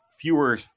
fewer